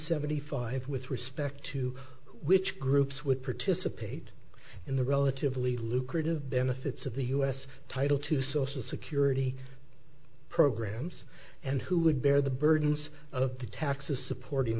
seventy five with respect to which groups would participate in the relatively lucrative benefits of the us title to social security programs and who would bear the burdens of the taxes supporting